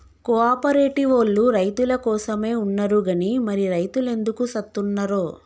కో ఆపరేటివోల్లు రైతులకోసమే ఉన్నరు గని మరి రైతులెందుకు సత్తున్నరో